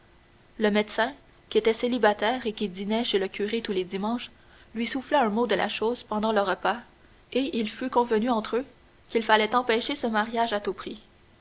le médecin qui était célibataire et qui dînait chez le curé tous les dimanches lui souffla un mot de la chose pendant le repas et il fut convenu entre eux qu'il fallait empêcher ce mariage à tout prix